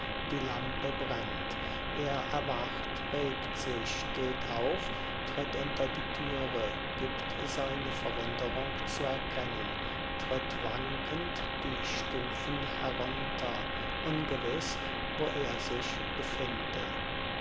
die lampe brennt er erwacht regt sich steht auf tritt unter die türe gibt seine verwunderung zu erkennen tritt wankend die stufen herunter ungewiß wo er sich befinde